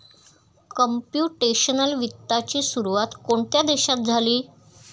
Computational वित्ताची सुरुवात कोणत्या देशात झाली?